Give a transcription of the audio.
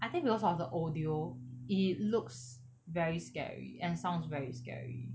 I think because of the audio it looks very scary and sounds very scary